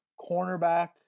cornerback